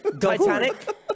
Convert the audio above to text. Titanic